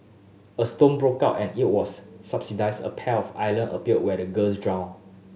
a storm broke out and it was a pair of island appeared where the girls drowned